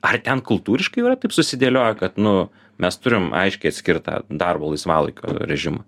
ar ten kultūriškai jau yra taip susidėlioję kad nu mes turim aiškiai atskirt tą darbo laisvalaikio režimą